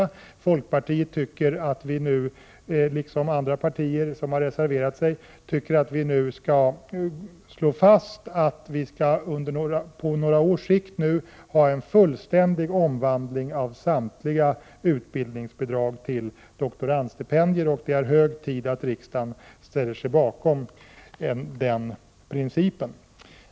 Vi i folkpartiet — det gäller också andra partier som har reserverat sig på denna punkt — tycker att det nu skall slås fast att det på några års sikt skall bli en fullständig omvandling. Samtliga utbildningsbidrag skall alltså omvandlas till doktorandtjänster. Det är nu hög tid att riksdagen ställer sig bakom den principen.